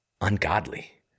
ungodly